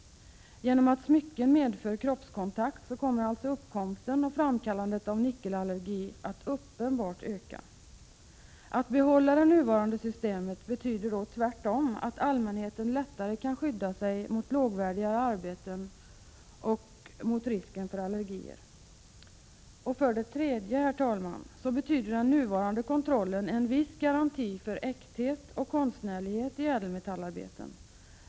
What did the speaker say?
Genom att smycken medför kroppskontakt kommer frekvensen av nickelallergier uppenbart att öka. Att behålla nuvarande system betyder däremot att allmänheten lättare kan skydda sig mot lågvärdigare arbeten och mot risk för allergier. För det tredje betyder den nuvarande kontrollen en viss garanti för äktheten och konstnärligheten i ädelmetallarbeten.